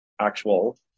actual